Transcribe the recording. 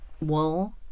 wool